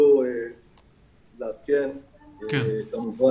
תודה רבה